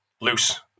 loose